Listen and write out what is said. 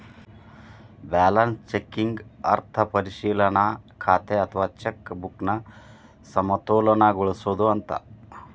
balance checking ಅರ್ಥ ಪರಿಶೇಲನಾ ಖಾತೆ ಅಥವಾ ಚೆಕ್ ಬುಕ್ನ ಸಮತೋಲನಗೊಳಿಸೋದು ಅಂತ